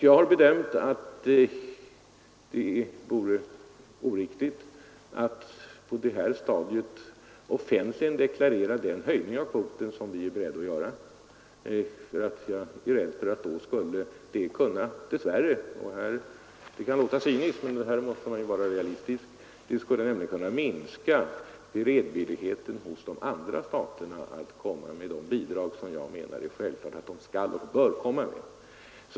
Jag har bedömt att det vore oriktigt att på det här stadiet offentligt deklarera den höjning av kvoten som vi är beredda att göra. Jag är nämligen rädd för att det då dess värre — det kan låta cyniskt men här måste man ju vara realistisk — skulle kunna minska beredvilligheten hos de andra staterna att lämna de bidrag som jag menar är självklart att de skall och bör komma med.